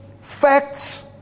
facts